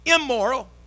immoral